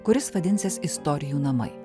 kuris vadinsis istorijų namai